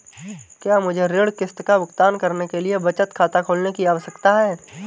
क्या मुझे ऋण किश्त का भुगतान करने के लिए बचत खाता खोलने की आवश्यकता है?